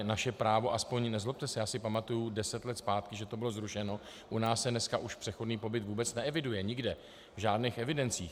Naše právo, nezlobte se, já si pamatuji deset let zpátky, že to bylo zrušeno u nás se dneska už přechodný pobyt vůbec neeviduje, nikde, v žádných evidencích.